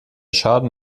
schaden